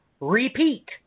repeat